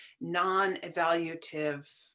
non-evaluative